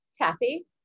Kathy